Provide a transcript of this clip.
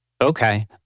Okay